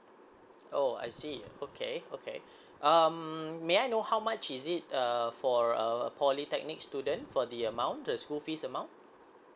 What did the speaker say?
oh I see okay okay um may I know how much is it err for a polytechnic student for the amount the school fees amount